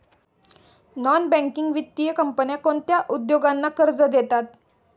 Non banking वित्तीय कंपन्या कोणत्या उद्योगांना कर्ज देतात?